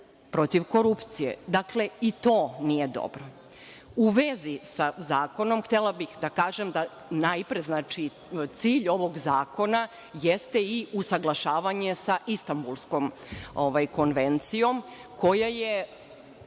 protiv korupcije. Dakle, i to nije dobro.U vezi sa zakonom htela bih da kažem najpre da cilj ovog zakona jeste i usaglašavanje sa Istanbulskom konvencijom, koja je